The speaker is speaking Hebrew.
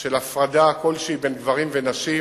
של הפרדה כלשהי בין גברים ונשים,